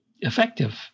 effective